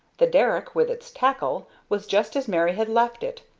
the derrick, with its tackle, was just as mary had left it,